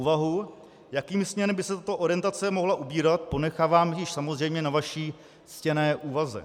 Úvahu, jakými směrem by se tato orientace mohla ubírat, ponechávám již samozřejmě na vaší ctěné úvaze.